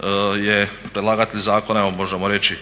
11. je predlagatelj zakona evo možemo reći